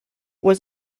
was